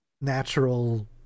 natural